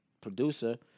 producer